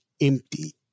empty